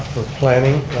planning.